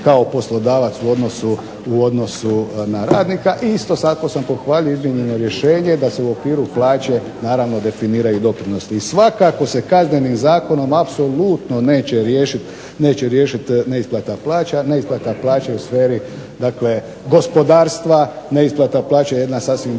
kao poslodavac u odnosu na radnika i isto tako sam pohvalio iznimno rješenje da se u okviru plaće naravno definiraju doprinosi. I svakako se kaznenim zakonom apsolutno neće riješiti neisplata plaća, neisplata plaća je u sferi gospodarstva, neisplata plaća je jedna druga